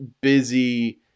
busy